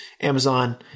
Amazon